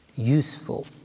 useful